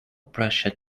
pressure